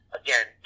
again